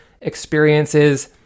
experiences